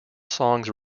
songs